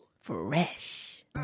Fresh